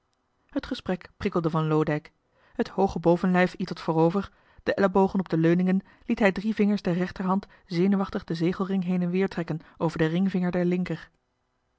het gesprek prikkelde van loodijck het hooge bovenlijf ietwat voorover de ellebogen op de leuningen liet hij drie vingers der rechterhand zenuwachtig den zegelring heen en weer trekken over den ringvinger der linker